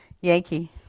Yankee